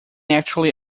actually